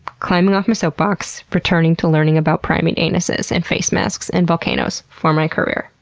climbing off my soapbox, returning to learning about primate anuses, and face masks, and volcanoes for my career.